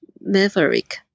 Maverick